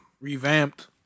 Revamped